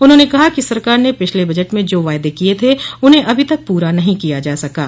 उन्होंने कहा कि सरकार ने पिछले बजट में जो वायदे किये थे उन्हें अभी तक पूरा नहीं किया जा सका है